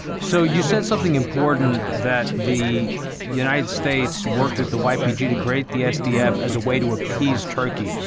so you said something important, that the united states worked with the ypg to create the sdf as a way to appease turkey.